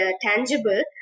tangible